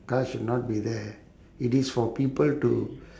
cars should not be there it is for people to